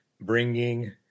bringing